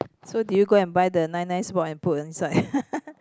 so did you go and buy the nice nice what and put inside